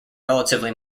relatively